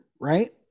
Right